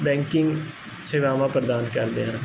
banking ਸੇਵਾਵਾਂ ਪ੍ਰਦਾਨ ਕਰਦੇ ਹਨ